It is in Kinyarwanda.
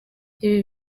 ibi